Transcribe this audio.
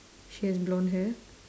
she has blonde hair